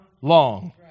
long